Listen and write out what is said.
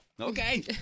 Okay